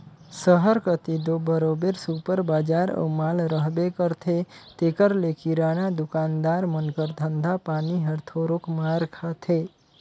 सहर कती दो बरोबेर सुपर बजार अउ माल रहबे करथे तेकर ले किराना दुकानदार मन कर धंधा पानी हर थोरोक मार खाथे